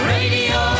Radio